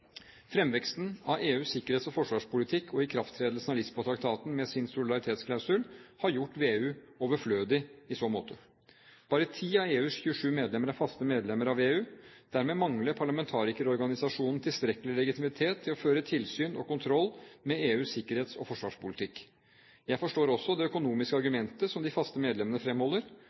Fremveksten av EUs sikkerhets- og forsvarspolitikk og ikrafttredelsen av Lisboa-traktaten med sin solidaritetsklausul har gjort VEU overflødig i så måte. Bare ti av EUs 27 medlemsland er faste medlemmer av VEU. Dermed mangler parlamentarikerorganisasjonen tilstrekkelig legitimitet til å føre tilsyn og kontroll med EUs sikkerhets- og forsvarspolitikk. Jeg forstår også det økonomiske argumentet som de faste medlemmene fremholder.